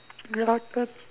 locket